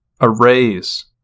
arrays